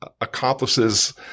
accomplices